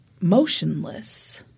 motionless